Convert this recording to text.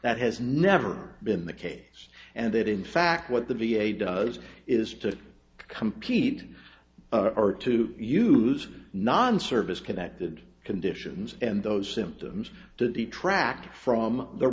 that has never been the case and that in fact what the v a does is to compete are to use non survival connected conditions and those symptoms to detract from the